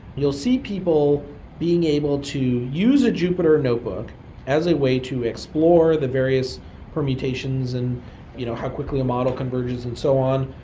you'll see people being able to use a jupiter notebook as a way to explore the various permutations and you know how quickly a model converges and so on,